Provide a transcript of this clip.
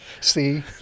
See